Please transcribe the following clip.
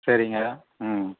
சரிங்க ம்